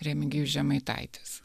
remigijus žemaitaitis